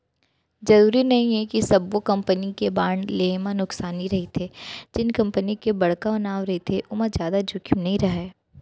जरूरी नइये कि सब्बो कंपनी के बांड लेहे म नुकसानी हरेथे, जेन कंपनी के बड़का नांव रहिथे ओमा जादा जोखिम नइ राहय